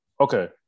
okay